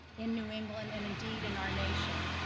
in new england, and indeed, in our nation.